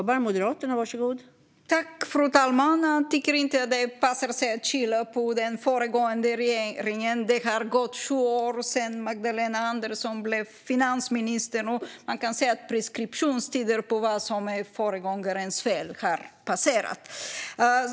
Fru talman! Jag tycker inte att det passar sig att skylla på den föregående regeringen. Det har gått sju år sedan Magdalena Andersson blev finansminister. Man kan säga att preskriptionstiden för föregångarens fel har gått ut.